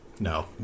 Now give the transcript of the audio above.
No